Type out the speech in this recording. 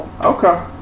Okay